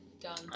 Done